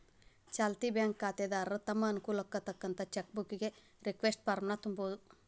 ಚಾಲ್ತಿ ಬ್ಯಾಂಕ್ ಖಾತೆದಾರ ತಮ್ ಅನುಕೂಲಕ್ಕ್ ತಕ್ಕಂತ ಚೆಕ್ ಬುಕ್ಕಿಗಿ ರಿಕ್ವೆಸ್ಟ್ ಫಾರ್ಮ್ನ ತುಂಬೋದು